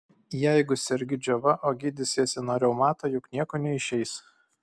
jeigu sergi džiova o gydysiesi nuo reumato juk nieko neišeis